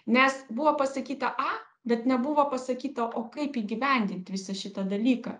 nes buvo pasakyta a bet nebuvo pasakyta o kaip įgyvendint visą šitą dalyką